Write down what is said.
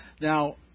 now